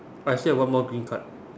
I still have one more green card